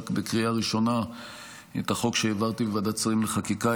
בקריאה ראשונה את החוק שהעברתי בוועדת שרים לחקיקה,